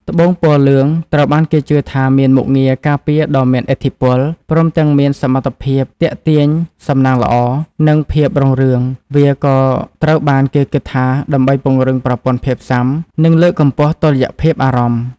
ត្បូងពណ៌លឿងត្រូវបានគេជឿថាមានមុខងារការពារដ៏មានឥទ្ធិពល ព្រមទាំងមានសមត្ថភាពទាក់ទាញសំណាងល្អ និងភាពរុងរឿង។ វាក៏ត្រូវបានគេគិតថាដើម្បីពង្រឹងប្រព័ន្ធភាពស៊ាំ និងលើកកម្ពស់តុល្យភាពអារម្មណ៍។